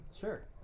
Sure